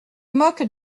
moque